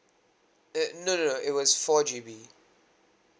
uh no no no it was four G_B